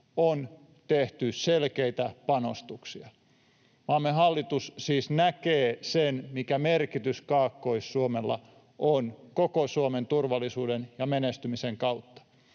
on tehty selkeitä panostuksia. Maamme hallitus siis näkee sen, mikä merkitys Kaakkois-Suomella on koko Suomen turvallisuudelle ja menestymiselle.